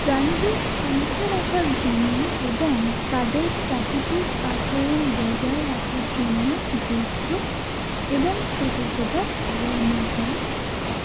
প্রাণীদের শান্ত রাখার জন্য এবং তাদের প্রাকৃতিক আচরণ বজায় রাখার জন্য ধৈর্য এবং সতর্কতা অবলম্বন করা উচিত